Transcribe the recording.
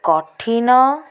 କଠିନ